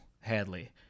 Hadley